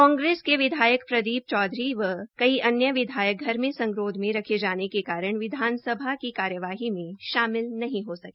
कांग्रेस के विधायक प्रदीप चौधरी व कई अन्य विधायक घर मे संगरोध में रखे जाने के कारण विधानसभा की कार्यवाही में शामिल नहीं हो सके